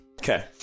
Okay